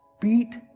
Beat